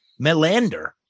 Melander